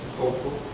hopeful.